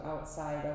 outside